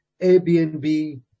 Airbnb